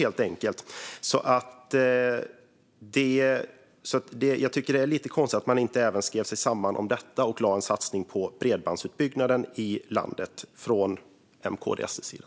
Jag tycker att det är lite konstigt att man inte skrev sig samman om detta och gjorde en satsning på bredbandsutbyggnaden i landet från M:s, KD:s och SD:s sida.